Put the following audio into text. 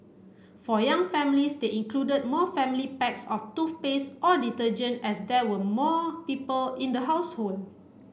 for young families they included more family packs of toothpaste or detergent as there were more people in the household